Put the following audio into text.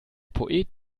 poet